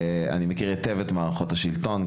אני מכיר היטב את מערכות השלטון,